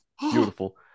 beautiful